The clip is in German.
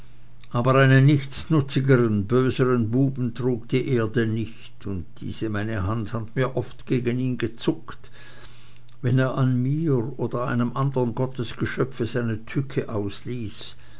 aber einen nichtsnutzigern bösern buben trug die erde nicht und diese meine hand hat mir oft gegen ihn gezuckt wenn er an mir oder einem andern gottesgeschöpf seine tücke ausließ